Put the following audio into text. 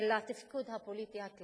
אלא התפקוד הפוליטי הכללי,